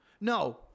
No